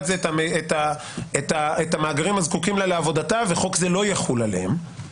זה את המאגרים שהיא זקוקה להם לעבודתה וחוק זה לא יחול עליהם,